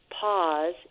pause